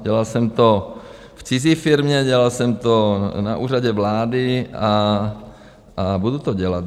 Dělal jsem to v cizí firmě, dělal jsem to na Úřadu vlády a budu to dělat.